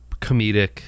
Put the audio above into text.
comedic